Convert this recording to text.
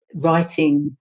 writing